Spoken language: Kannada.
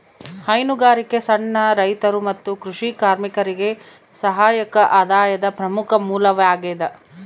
ಹೈನುಗಾರಿಕೆ ಸಣ್ಣ ರೈತರು ಮತ್ತು ಕೃಷಿ ಕಾರ್ಮಿಕರಿಗೆ ಸಹಾಯಕ ಆದಾಯದ ಪ್ರಮುಖ ಮೂಲವಾಗ್ಯದ